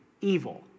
evil